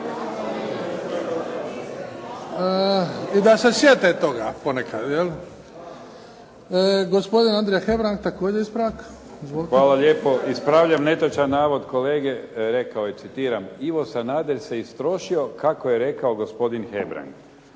i da se sjete toga ponekad. Gospodin Andrija Hebrang, također ispravak. Izvolite. **Hebrang, Andrija (HDZ)** Hvala lijepo. Ispravljam netočan navod kolege. Rekao je, citiram: "Ivo Sanader se istrošio, kako je rekao gospodin Hebrang."